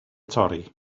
torri